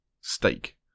steak